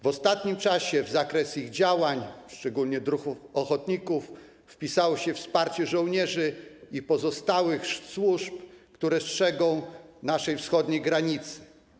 W ostatnim czasie w zakres ich działań, szczególnie druhów ochotników, wpisało się wsparcie żołnierzy i pozostałych służb, które strzegą naszej wschodniej granicy.